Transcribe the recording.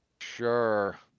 Sure